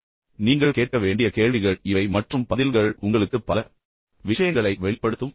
எனவே நீங்கள் கேட்க வேண்டிய கேள்விகள் இவை மற்றும் பதில்கள் உங்களுக்கு பல விஷயங்களை வெளிப்படுத்தும்